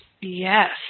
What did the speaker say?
Yes